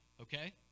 Okay